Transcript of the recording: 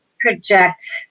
project